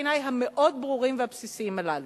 בעיני המאוד-ברורים והבסיסיים הללו,